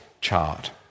chart